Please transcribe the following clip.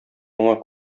моңа